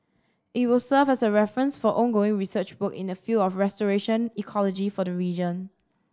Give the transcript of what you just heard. it will serve as a reference for ongoing research work in the field of restoration ecology for the region